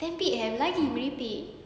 ten P_M lagi merepek